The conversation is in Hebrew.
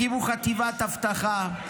הקימו חטיבת אבטחה,